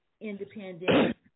independent